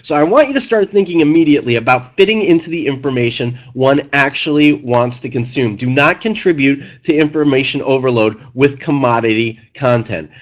so i want you to start thinking immediately about fitting into the information one actually wants to consume. do not contribute to information overload with commodity content.